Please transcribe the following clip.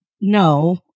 No